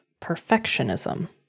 perfectionism